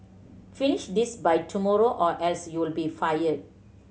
finish this by tomorrow or else you'll be fired